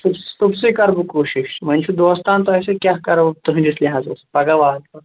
صُسٕے صُبسٕے کَرٕ بہٕ کوٗشِش وۅنۍ چھُ دوستانہٕ تۄہہِ سۭتۍ کیٛاہ کَرو تُہٕنٛدِس لَحاظس پگاہ واتہٕ بہٕ